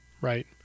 right